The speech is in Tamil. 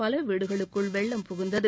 பல வீடுகளுக்குள் வெள்ளம் புகுந்தது